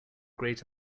great